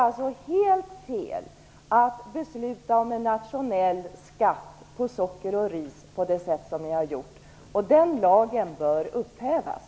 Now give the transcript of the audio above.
Det är då helt fel att besluta om en nationell skatt på socker och ris på det sätt som ni har gjort, och lagen härom bör upphävas.